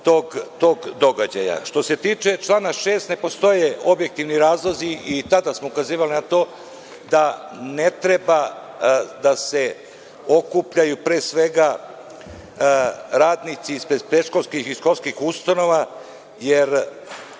tog događaja. Što se tiče člana 6, ne postoje objektivni razlozi, i tada smo ukazivali na to, da ne treba da se okupljaju radnici ispred predškolskih i školskih ustanova, jer